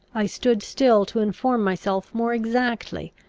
i stood still to inform myself more exactly,